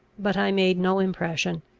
but i made no impression.